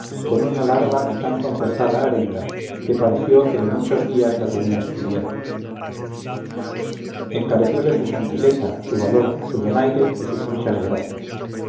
con una larga y tan concertada arenga que pareció que de muchos días la tenía estudiada encarecióle su gentileza su valor su donaire y sus muchas gracias